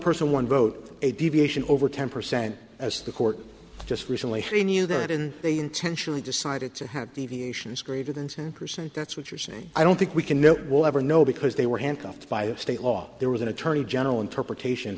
person one vote a deviation over ten percent as the court just recently we knew that and they intentionally decided to have deviations greater than ten percent that's what you're saying i don't think we can know will ever know because they were handcuffed by a state law there was an attorney general interpretation